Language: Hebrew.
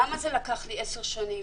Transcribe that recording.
למה זה לקח לי 10 שנים?